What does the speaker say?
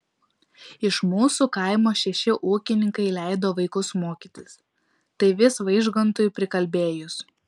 iš mūsų kaimo šeši ūkininkai leido vaikus mokytis tai vis vaižgantui prikalbėjus